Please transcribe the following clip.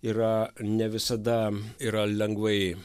yra ne visada yra lengvai